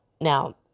Now